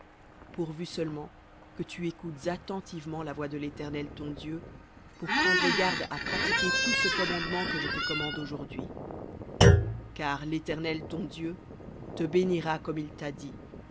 pourvu seulement que tu écoutes attentivement la voix de l'éternel ton dieu pour prendre garde à pratiquer tout ce commandement que je te commande aujourdhui car l'éternel ton dieu te bénira comme il t'a dit